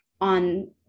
on